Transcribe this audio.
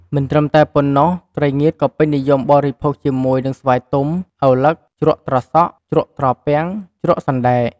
មិនត្រឹមតែប៉ុណ្ណោះ ត្រីងៀតក៏ពេញនិយមបរិភោគជាមួយនិងស្វាយទុំ ឪឡឹក ជ្រក់ត្រសក់ ជ្រក់ត្រពាំង ជ្រក់សណ្ដែក។